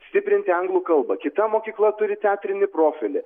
stiprinti anglų kalbą kita mokykla turi teatrinį profilį